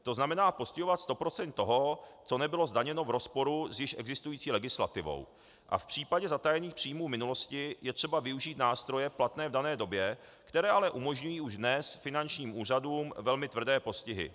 To znamená postihovat 100 % toho, co nebylo zdaněno v rozporu s již existující legislativou, a v případě zatajení příjmů v minulosti je třeba využít nástroje platné v dané době, které ale umožňují už dnes finančním úřadům velmi tvrdé postihy.